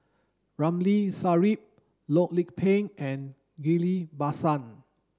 Ramli Sarip Loh Lik Peng and Ghillie Basan